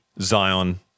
Zion